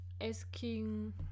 asking